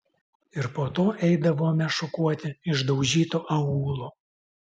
ir po to eidavome šukuoti išdaužyto aūlo